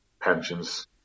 pensions